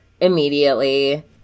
immediately